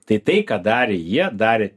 tai tai ką darė jie darė